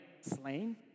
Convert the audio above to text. slain